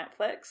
Netflix